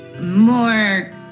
More